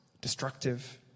destructive